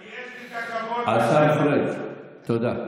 יש לי את הכבוד לשבת, השר פריג', תודה.